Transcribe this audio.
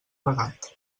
regat